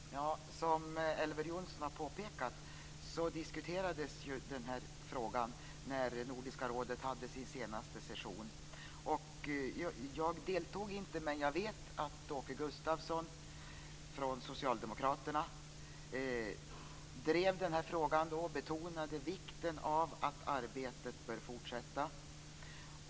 Fru talman! Som Elver Jonsson har påpekat diskuterades den här frågan när Nordiska rådet hade sin senaste session. Jag deltog inte, men jag vet att Åke Gustavsson från Socialdemokraterna då drev frågan och betonade vikten av att arbetet bör fortsätta.